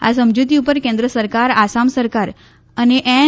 આ સમજુતી ઉપર કેન્દ્ર સરકાર આસામ સરકાર અને એન